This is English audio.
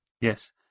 yes